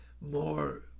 more